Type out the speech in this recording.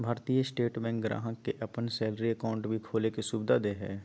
भारतीय state bank ग्राहक के अपन सैलरी अकाउंट भी खोले के सुविधा दे हइ